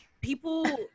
people